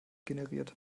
generiert